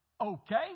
Okay